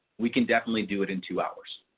we can definitely do it in two hours.